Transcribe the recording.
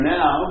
now